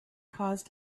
caused